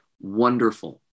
wonderful